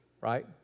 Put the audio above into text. right